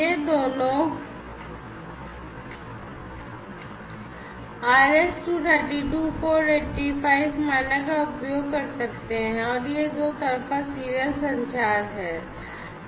ये दोनों RS 232485 मानक का उपयोग कर सकते हैं और यह दो तरफा serial संचार है